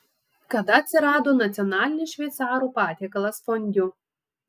kada atsirado nacionalinis šveicarų patiekalas fondiu